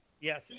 Yes